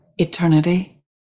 Eternity